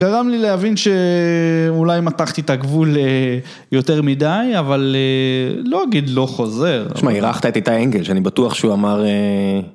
גרם לי להבין שאולי מתחתי את הגבול יותר מדי, אבל לא אגיד לא חוזר. תשמע, אירחת את איתי אנגל, שאני בטוח שהוא אמר...